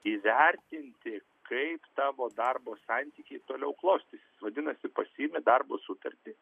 įvertinti kaip tavo darbo santykiai toliau klostysis vadinasi pasiimi darbo sutartį